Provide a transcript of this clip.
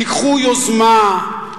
תיקחו יוזמה.